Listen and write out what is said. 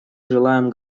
желаем